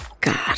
God